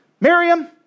Miriam